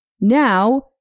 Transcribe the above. Now